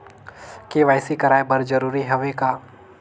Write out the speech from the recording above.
KYC कराय बर जरूरी हवे का?